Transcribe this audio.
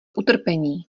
utrpení